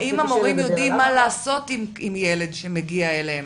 האם המורים יודעים מה לעשות עם ילד שמגיע אליהם?